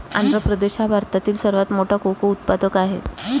आंध्र प्रदेश हा भारतातील सर्वात मोठा कोको उत्पादक आहे